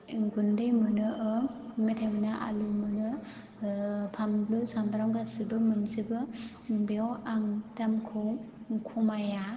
एं गुन्दै मोनो मेथाय मोनो आलु मोनो फानलु सामब्राम गासिबो मोनजोबो बेयाव आं दामखौ खमाइया